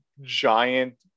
giant